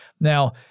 Now